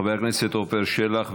חבר הכנסת עופר שלח.